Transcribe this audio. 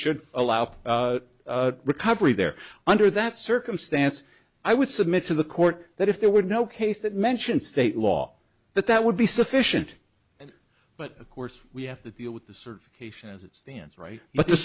should allow recovery there under that circumstance i would submit to the court that if there were no case that mention state law that that would be sufficient but of course we have to deal with the certification as it stands right but the